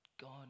God